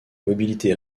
mobilité